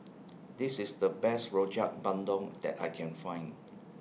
This IS The Best Rojak Bandung that I Can Find